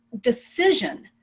decision